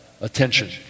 attention